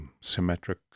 symmetric